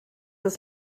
das